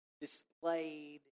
displayed